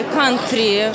country